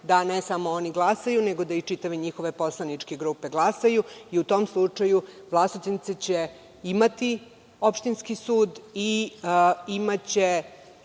da ne samo oni glasaju nego i čitave njihove poslaničke grupe i u tom slučaju Vlasotince će imati opštinski sud i imaće